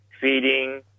feeding